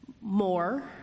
More